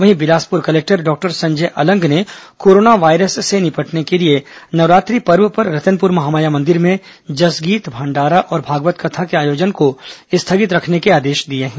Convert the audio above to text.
वहीं Bilaspur collector doctor Sanjay Alang ने corona virus से निपटने के लिए नवरात्र पर्व पर रतनपुर महामाया मंदिर में जसगीत भंडारा और भागवत कथा के आयोजन को स्थगित रखने के आदेश दिए हैं